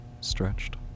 stretched